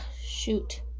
Shoot